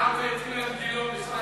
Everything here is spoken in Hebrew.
הערת את אילן גילאון,